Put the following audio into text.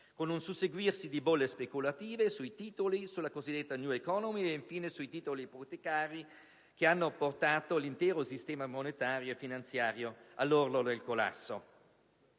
Un susseguirsi di bolle speculative, sui titoli di Stato, della cosiddetta *new economy*, e infine sui titoli ipotecari, hanno portato l'intero sistema monetario e finanziario mondiale sull'orlo del collasso.